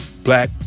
black